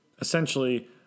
Essentially